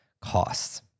costs